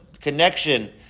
connection